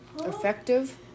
Effective